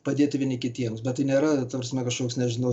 padėti vieni kitiems bet tai nėra ta prasme kažkoks nežinau